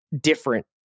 different